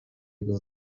jego